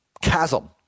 chasm